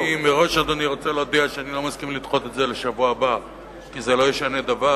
מראש אני מודיע שאני לא מסכים לדחות את זה לשבוע הבא כי זה לא ישנה דבר,